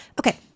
Okay